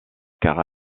car